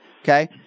okay